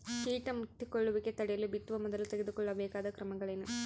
ಕೇಟ ಮುತ್ತಿಕೊಳ್ಳುವಿಕೆ ತಡೆಯಲು ಬಿತ್ತುವ ಮೊದಲು ತೆಗೆದುಕೊಳ್ಳಬೇಕಾದ ಕ್ರಮಗಳೇನು?